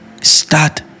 Start